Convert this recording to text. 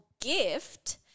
gift